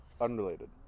unrelated